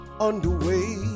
underway